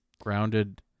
grounded